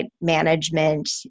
management